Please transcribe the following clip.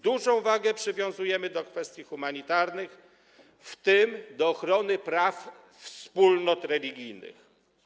Dużą wagę przywiązujemy do kwestii humanitarnych, w tym do ochrony praw wspólnot religijnych.